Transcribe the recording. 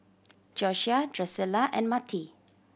Josiah Drusilla and Matie